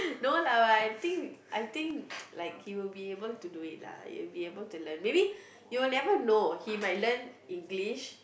no lah but I think I think like he will be able to do it lah he will be able to learn maybe you will never know he might learn English